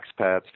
expats